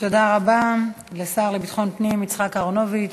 תודה רבה לשר לביטחון פנים יצחק אהרונוביץ.